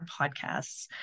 podcasts